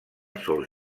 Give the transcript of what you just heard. sols